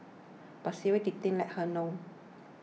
but serial dating left her hollow